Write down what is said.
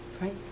right